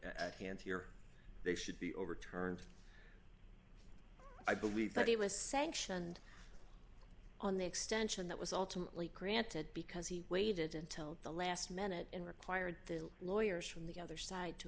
at hand here they should be overturned i believe that he was sanctioned on the extension that was ultimately granted because he waited until the last minute and required the lawyers from the other side to